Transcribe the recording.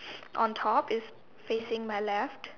on top is facing my left